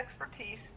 expertise